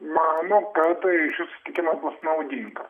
mano šis susitikimas bus naudinga